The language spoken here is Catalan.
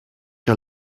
que